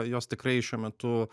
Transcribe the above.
jos tikrai šiuo metu